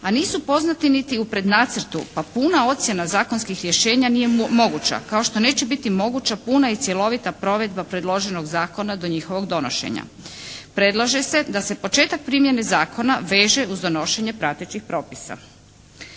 a nisu poznati niti u prednacrtu pa puna ocjena zakonskih rješenja nije moguća kao što neće biti moguća puna i cjelovita provedba predloženog zakona do njihovog donošenja. Predlaže se da se početak primjene zakona veže uz donošenje pratećih propisa.